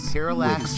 Parallax